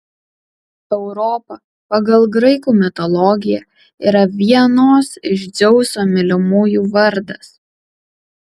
europa pagal graikų mitologiją yra vienos iš dzeuso mylimųjų vardas